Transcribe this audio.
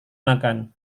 makan